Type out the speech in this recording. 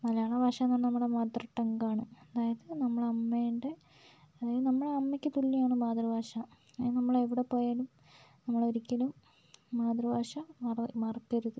മലയാള ഭാഷാന്ന് പറഞ്ഞാൽ നമ്മുടെ മദർ ടംഗ് ആണ് അതായത് നമ്മുടെ അമ്മേൻ്റെ അതായത് നമ്മുടെ അമ്മക്ക് തുല്യമാണ് മാതൃഭാഷ അതിനി നമ്മൾ എവിടെപ്പോയാലും നമ്മളൊരിക്കലും മാതൃഭാഷ മറക്കില്ല മറക്കരുത്